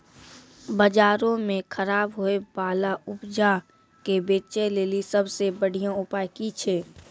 बजारो मे खराब होय बाला उपजा के बेचै लेली सभ से बढिया उपाय कि छै?